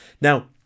Now